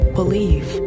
believe